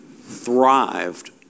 thrived